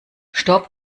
stopp